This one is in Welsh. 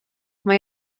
mae